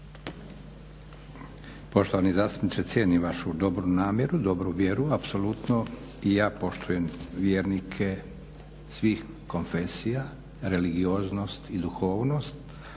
Poštovani zastupniče cijenim vašu dobru namjeru, dobru vjeru apsolutno i ja poštujem vjernike svih konfesija, religioznost i duhovnost